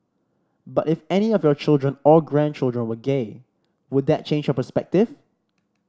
but if any of your children or grandchildren were gay would that change your perspective